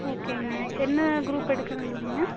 ஓகேங்க என்ன க்ரூப் எடுக்கிறாங்கன்றீங்க